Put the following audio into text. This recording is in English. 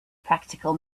practical